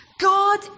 God